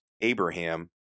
Abraham